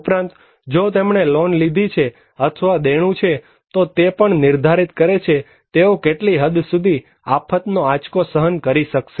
ઉપરાંત જો તેમણે લોન લીધી છે અથવા દેણું છે તો તે પણ નિર્ધારિત કરે છે કે તેઓ કેટલી હદ સુધી આફતનો આંચકો સહન કરી શકશે